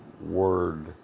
word